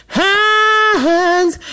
hands